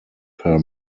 per